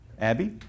Abby